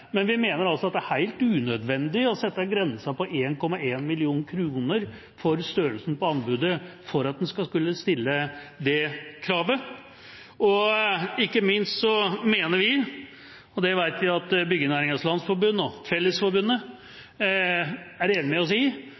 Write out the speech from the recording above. men vi mener at det er helt unødvendig å sette grensa på 1,1 mill. kr for størrelsen på anbudet for at en skal kunne stille det kravet. Og ikke minst mener vi – og det vet vi at Byggenæringens Landsforening og Fellesforbundet er enig med oss i